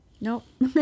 nope